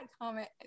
comment